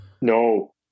No